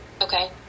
okay